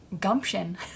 gumption